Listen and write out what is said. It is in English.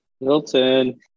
Milton